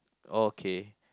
okay